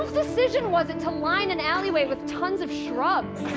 decision was it to line an alleyway with tons of shrubs?